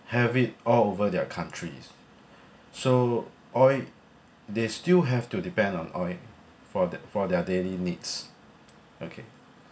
have it all over their countries so oil they still have to depend on oil for the for their daily needs okay